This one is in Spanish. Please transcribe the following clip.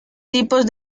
tipos